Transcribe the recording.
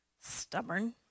stubborn